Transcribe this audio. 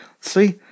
See